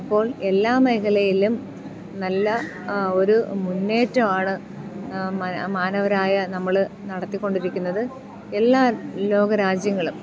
അപ്പോൾ എല്ലാ മേഖലയിലും നല്ല ഒരു മുന്നേറ്റമാണ് മാനവരായ നമ്മൾ നടത്തിക്കൊണ്ടിരിക്കുന്നത് എല്ലാ ലോകരാജ്യങ്ങളും